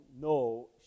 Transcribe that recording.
no